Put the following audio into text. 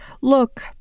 Look